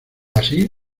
así